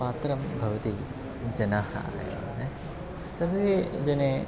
पात्रं भवति जनाः एव ह सर्वे जने